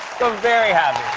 so very happy.